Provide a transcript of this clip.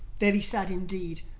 very sad indeed.